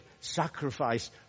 sacrifice